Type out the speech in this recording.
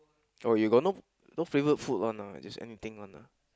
oh you got no no favourite food [one] ah just anything one ah